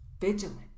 vigilant